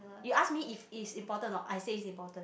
you ask me if it is important or not I say is important